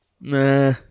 Nah